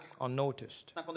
Unnoticed